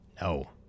No